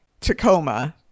Tacoma